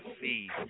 see